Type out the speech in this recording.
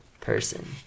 person